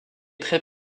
très